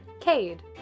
Cade